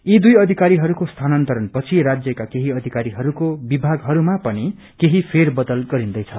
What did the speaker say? यी दुइ अधिकारीहरूको स्थानान्तरण पछि राज्यका केही अधिकारीहरूको विभागहरूमा पनि केही फेरबदल गरिन्दैछ